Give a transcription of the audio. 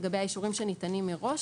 לגבי האישורים שניתנים מראש.